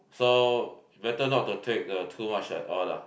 so better not to take uh too much at all lah